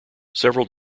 several